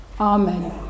Amen